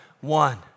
one